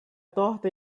torta